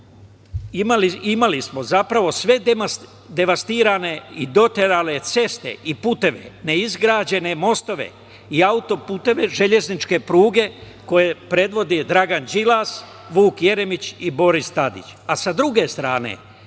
imali smo, zapravo, sve devastirane i dotrajale ceste i puteve, neizgrađene mostove, i auto-puteve, železničke pruge koje predvodi Dragan Đilas, Vuk Jeremić, a sa